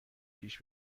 پیش